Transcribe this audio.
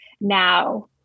now